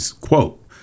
quote